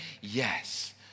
yes